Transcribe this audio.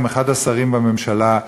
עם אחד השרים בממשלה,